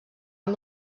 amb